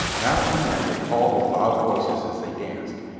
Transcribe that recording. now and then they called with loud voices as they danced,